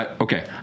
Okay